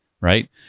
right